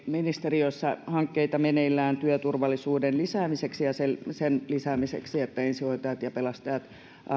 ministeriössä hankkeita meneillään työturvallisuuden lisäämiseksi ja sen sen lisäämiseksi että ensihoitotehtävissä ensihoitajat ja pelastajat